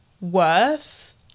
worth